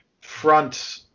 front